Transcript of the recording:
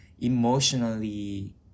emotionally